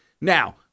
Now